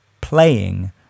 playing